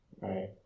Right